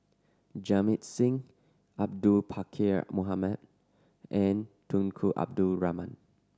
Jamit Singh Abdul Pakkeer Mohamed and Tunku Abdul Rahman